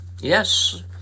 yes